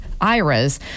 IRAs